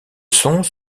sont